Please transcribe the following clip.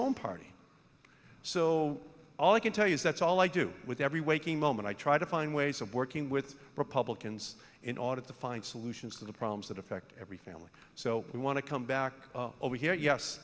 own party so all i can tell you is that's all i do with every waking moment i try to find ways of working with republicans in order to find solutions to the problems that affect every family so we want to come back over here yes